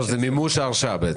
זה בעצם מימוש ההרשאה.